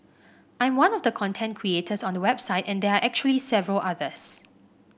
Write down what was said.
I am one of the content creators on the website and there are actually several others